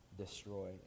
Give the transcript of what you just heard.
destroy